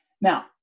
Now